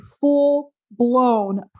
full-blown